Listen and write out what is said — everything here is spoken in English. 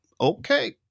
Okay